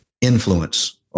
influence